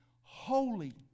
holy